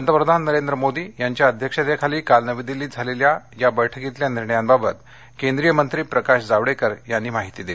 पंतप्रधान नरेंद्र मोदी यांच्या अध्यक्षतेखाली काल नवी दिल्लीत झालेल्या या बैठकीतल्या निर्णयाबाबत केंद्रीय मंत्री प्रकाश जावडेकर यांनी माहिती दिली